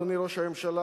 אדוני ראש הממשלה,